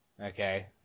Okay